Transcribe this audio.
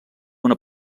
una